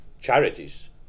charities